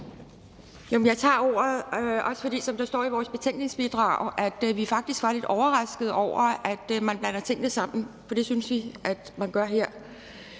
Jeg tager ordet, også fordi vi, som der står i vores betænkningsbidrag, faktisk var lidt overraskede over, at man blander tingene sammen, for det synes vi man gør her.